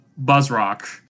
BuzzRock